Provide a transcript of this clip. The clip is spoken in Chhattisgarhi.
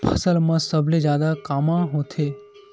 फसल मा सबले जादा कामा होथे?